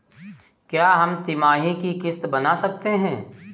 क्या हम तिमाही की किस्त बना सकते हैं?